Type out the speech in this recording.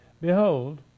Behold